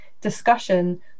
discussion